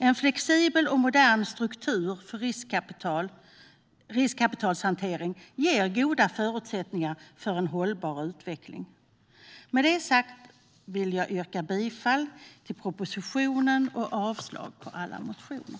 En flexibel och modern struktur för riskkapitalshantering ger goda förutsättningar för en hållbar utveckling. Med det sagt yrkar jag bifall till utskottets förslag och avslag på alla motioner.